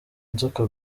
inzoka